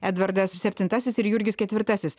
edvardas septintasis ir jurgis ketvirtasis